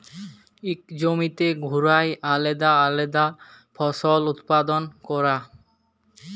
ইক জমিতে ঘুরায় আলেদা আলেদা ফসল উৎপাদল ক্যরা